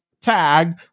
tag